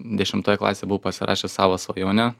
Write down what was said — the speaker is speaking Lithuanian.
dešimtoje klasėje buvau pasirašęs savo svajonę